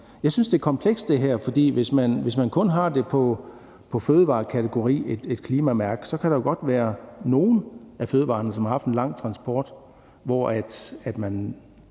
Jeg synes, at det her er komplekst, for hvis man kun har et klimamærke på fødevarekategorier, kan der jo godt være nogle af fødevarerne, der har haft en lang transport, som man